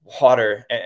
water